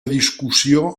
discussió